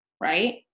right